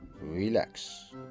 relax